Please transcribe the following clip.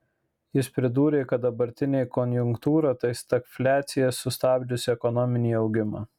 jis pridūrė kad dabartinė konjunktūra tai stagfliacija sustabdžiusi ekonominį augimą